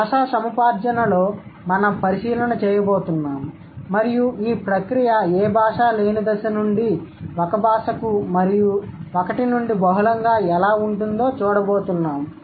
భాషా సముపార్జనలో మనం పరిశీలన చేయబోతున్నాము మరియు ఈ ప్రక్రియ ఏ భాష లేని దశ నుండి ఒక భాషకు మరియు ఒకటి నుండి బహుళంగా ఎలా ఉంటుందో చూడబోతున్నాము